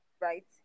right